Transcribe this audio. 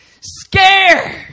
scared